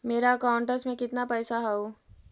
मेरा अकाउंटस में कितना पैसा हउ?